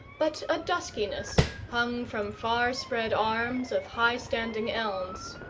but a duskiness hung from far-spread arms of high-standing elms.